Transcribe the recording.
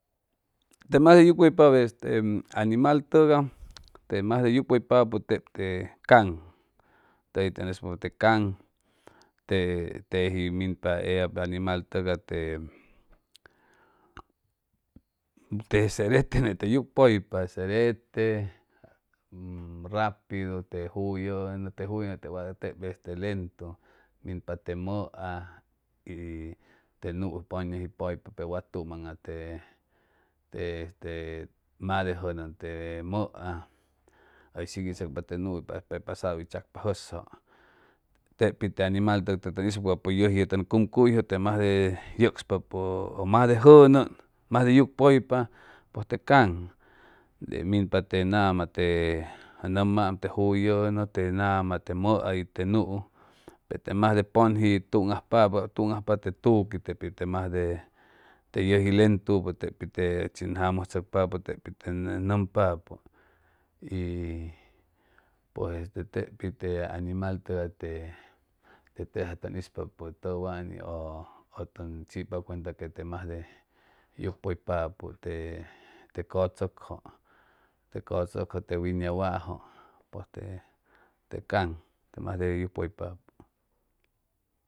Te mas de yucpuyapa teb este animal tugay te mas de yucpuyapapo teb te kang teji teŋ ispoçpa te kang teji minpa ellab animal tugay te serele gete yucpuyapa te serele rápido te juŋŋo te wad teb leŋtu miŋpa te mota y te yuu ptu ñuŋi yucpuyapa pe wa tumŋa te te este mas de juŋŋy te mota ty shguitteçpa te yuu pe pasadu isacpa joʄʄe lepi te animal tuc teŋ ispoçpapo yüji te toŋ cumuyito te mas de yocpuyapo te mas de juŋŋy masde yucpuyapa pos te kang te minpa neŋama te ŋomam te juŋŋŋo te ŋama te mota y te yuŋŋu pe te mas de peŋji tun apapod le tuŋ ajpa te tuki, tepi te mas de te yüji leŋtu te pi te tochi ey jamutscçpapo te pi ten ŋypapo y pues teb pit te anima tega te tesa toŋ ispoçpa pues tubi çutsuytsan is toŋ chiʄpa cuenta que pusite kang pues te mas de yucpuyapapo